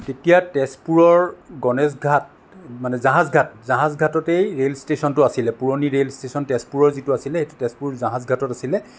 তেতিয়া তেজপুৰৰ গণেশঘাট মানে জাহাজঘাট জাহাজঘাটতেই ৰেল ষ্টেচনটো আছিল পুৰণি ৰে'ল ষ্টেচন তেজপুৰৰ যিটো আছিল সেইটো তেজপুৰ জাহাজঘাটত আছিল